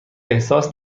احساس